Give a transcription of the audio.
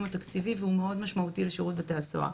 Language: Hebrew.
התקציבי והוא מאוד משמעותי לשירות בתי הסוהר.